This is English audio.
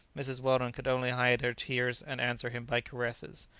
mrs. weldon could only hide her tears and answer him by caresses.